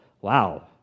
Wow